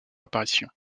apparition